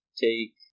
take